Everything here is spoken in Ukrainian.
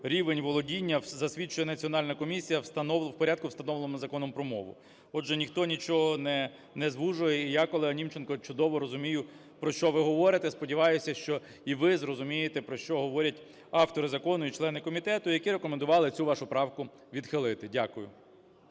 Рівень володіння засвідчує Національна комісія в порядку, встановленому Законом про мову. Отже, ніхто нічого не звужує. І я, колего, Німченко чудово розумію, про що ви говорите. Сподіваюся, що і ви зрозумієте, про що говорять автори закону і члени комітету, які рекомендували цю вашу правку відхилити. Дякую.